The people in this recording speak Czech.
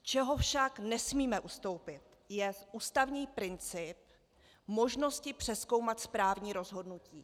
Z čeho však nesmíme ustoupit, je ústavní princip možnosti přezkoumat správní rozhodnutí.